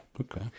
Okay